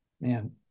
man